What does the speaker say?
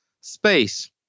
space